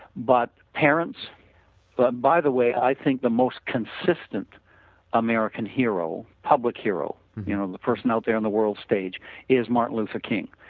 but parents but by the way i think the most consistent american hero, public hero you know the personality on the world stage is martin luther king.